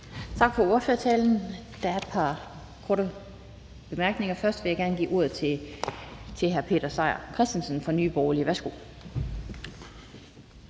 ordfører. Der er et par korte bemærkninger. Den første, jeg gerne vil give ordet til, er hr. Peter Seier Christensen fra Nye Borgerlige. Værsgo.